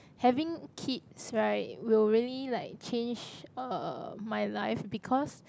having kids right will really like change uh my life because